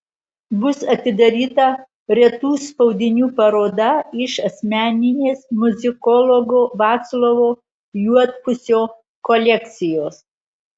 bus atidaryta retų spaudinių paroda iš asmeninės muzikologo vaclovo juodpusio kolekcijos